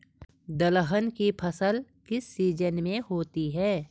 दलहन की फसल किस सीजन में होती है?